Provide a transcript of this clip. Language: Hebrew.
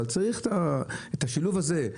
אבל צריך את השילוב הזה,